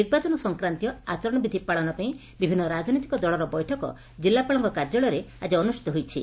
ନିର୍ବାଚନ ସଂକ୍ରାନ୍ତୀୟ ଆଚରଣ ବିଧି ପାଳନ ପାଇଁ ବିଭିନ୍ନ ରାକନୈତିକ ଦଳର ବୈଠକ ଜିଲ୍ଲାପାଳଙ୍କ କାର୍ଯ୍ୟାଳୟରେ ଆଜି ଅନୁଷ୍ଚିତ ହୋଇଯାଇଛି